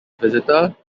visitor